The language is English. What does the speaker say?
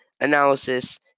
analysis